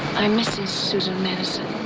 i'm mrs. susan madison,